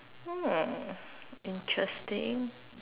oh interesting